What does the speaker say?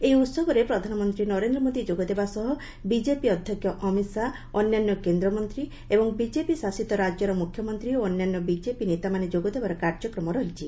ଏହି ଉତ୍ସବରେ ପ୍ରଧାନମନ୍ତ୍ରୀ ନରେନ୍ଦ୍ର ମୋଦି ଯୋଗ ଦେବା ସହ ବିଜେପି ଅଧ୍ୟକ୍ଷ ଅମିତ ଶାହ ଅନ୍ୟାନ୍ୟ କେନ୍ଦ୍ରମନ୍ତ୍ରୀ ଏବଂ ବିଜେପି ଶାସିତ ରାଜ୍ୟର ମୁଖ୍ୟମନ୍ତ୍ରୀ ଓ ଅନ୍ୟାନ୍ୟ ବିଜେପି ନେତାମାନେ ଯୋଗଦେବାର କାର୍ଯ୍ୟକ୍ରମ ରହିଛି